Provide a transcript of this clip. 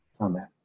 Amen